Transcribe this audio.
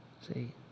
See